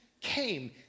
came